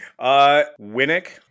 Winnick